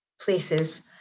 places